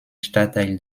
stadtteil